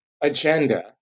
Agenda